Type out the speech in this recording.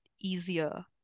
easier